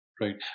right